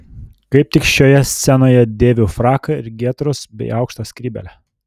kaip tik šioje scenoje dėviu fraką ir getrus bei aukštą skrybėlę